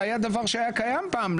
זה היה דבר שהיה קיים פעם,